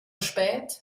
spät